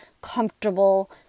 comfortable